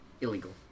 Illegal